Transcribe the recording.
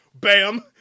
bam